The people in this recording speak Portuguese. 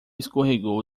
escorregou